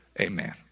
Amen